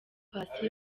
paccy